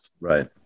Right